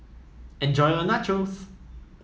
enjoy your Nachos